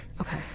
Okay